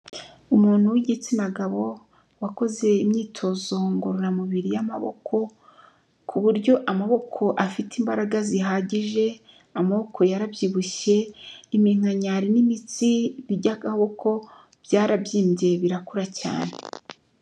Umuntu w'igitsina gabo wakoze imyitozo ngororamubiri y'amaboko, ku buryo amaboko afite imbaraga zihagije, amoboko yarabyibushye, iminkanyari n'imitsi by'akaboko byarabyimbye birakura cyane.